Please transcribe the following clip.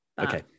Okay